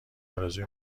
ارزوی